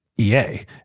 EA